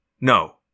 No